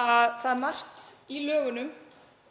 að það er margt í lögunum